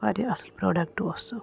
وارِیاہ اصٕل پرٛوڈَکٹہٕ اوٗس سُہ